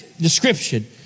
description